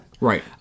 right